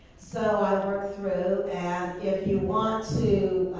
so i worked through, and if you want to